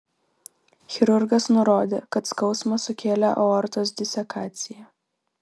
chirurgas nurodė kad skausmą sukėlė aortos disekacija